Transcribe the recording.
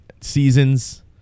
seasons